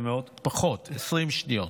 פחות, 20 שניות.